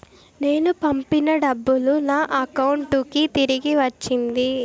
నేను పంపిన డబ్బులు నా అకౌంటు కి తిరిగి వచ్చింది